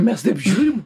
mes taip žiūrim